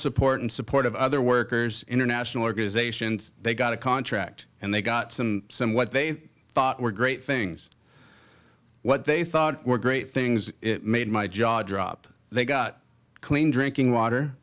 support and support of other workers international organisations they got a contract and they got some some what they thought were great things what they thought were great things made my jaw drop they got clean drinking water